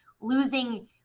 losing